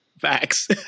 Facts